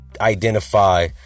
identify